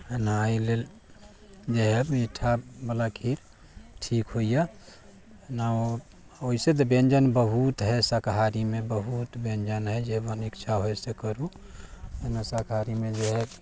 है ने एहि लेल जे हइ मीठा बाला खीर ठीक होइया ओना वैसे तऽ व्यञ्जन बहुत हइ शाकाहारीमे बहुत व्यञ्जन हइ जे मन इच्छा होइ से करू है ने शाकाहारीमे जे हइ